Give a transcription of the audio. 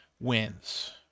wins